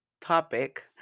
topic